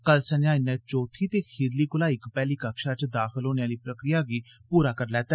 कल संजां इन्नै चौथी ते खीरली कोला इक पैहली कक्षा च दाखल होने आली प्रक्रिया गी पूरा करी लैता